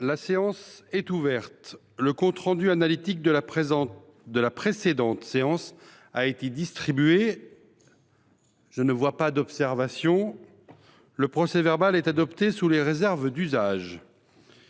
La séance est ouverte. Le compte rendu analytique de la précédente séance a été distribué. Il n’y a pas d’observation ?… Le procès verbal est adopté sous les réserves d’usage.